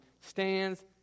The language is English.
stands